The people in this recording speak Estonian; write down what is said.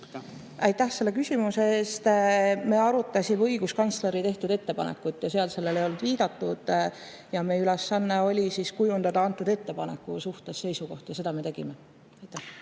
Aitäh selle küsimuse eest! Me arutasime õiguskantsleri tehtud ettepanekut ja seal sellele ei olnud viidatud. Meie ülesanne oli kujundada konkreetse ettepaneku suhtes seisukoht ja seda me tegime. Aitäh